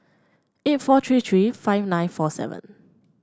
eight four three three five nine four seven